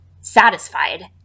satisfied